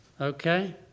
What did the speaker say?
Okay